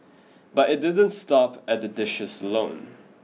but it didn't stop at the dishes alone